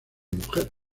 mujer